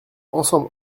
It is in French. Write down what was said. ensemble